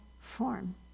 form